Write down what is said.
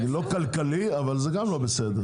זה לא כלכלי אבל זה גם לא בסדר.